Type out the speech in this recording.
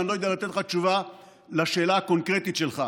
ואני לא יודע לתת לך תשובה על השאלה הקונקרטית שלך,